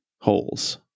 holes